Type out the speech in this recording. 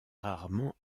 rarement